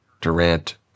durant